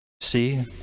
See